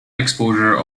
exposure